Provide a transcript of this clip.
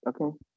okay